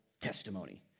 testimony